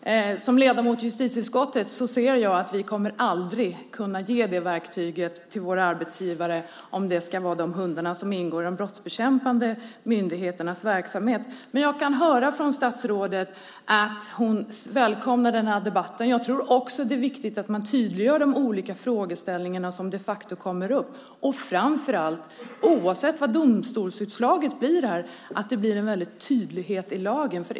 Som ledamot i justitieutskottet ser jag att vi aldrig kommer att kunna ge detta verktyg till våra arbetsgivare om det bara ska handla om de hundar som ingår i de brottsbekämpande myndigheternas verksamhet. Jag kan dock höra att statsrådet välkomnar debatten. Jag tror också att det är viktigt att man tydliggör de olika frågeställningar som de facto kommer upp och framför allt, oavsett vilka domstolsutslag det blir, att vi får en tydlighet i lagen.